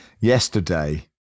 yesterday